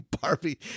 Barbie